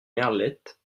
merlette